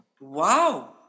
Wow